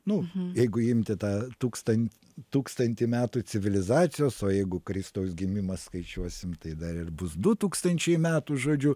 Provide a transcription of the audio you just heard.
nu jeigu imti tą tūkstan tūkstantį metų civilizacijos o jeigu kristaus gimimą skaičiuosim tai dar ir bus du tūkstančiai metų žodžiu